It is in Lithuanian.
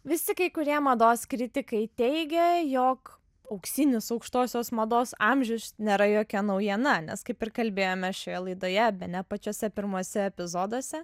visi kai kurie mados kritikai teigia jog auksinis aukštosios mados amžius nėra jokia naujiena nes kaip ir kalbėjome šioje laidoje bene pačiuose pirmuose epizoduose